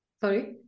Sorry